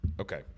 Okay